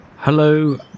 Hello